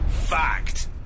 Fact